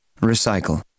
Recycle